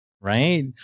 right